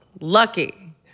lucky